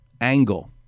angle